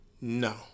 No